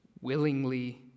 willingly